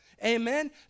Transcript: Amen